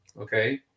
Okay